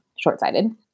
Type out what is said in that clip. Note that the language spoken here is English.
short-sighted